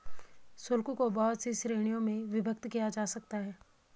शुल्क को बहुत सी श्रीणियों में विभक्त किया जा सकता है